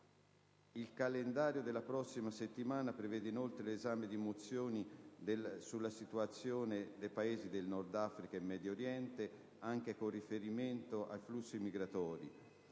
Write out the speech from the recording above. Il calendario della prossima settimana prevede inoltre l'esame di mozioni sulla situazione dei Paesi del Nord Africa e del Medio Oriente, anche con riferimento ai flussi migratori,